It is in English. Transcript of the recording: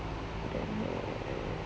don't have